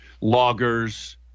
loggers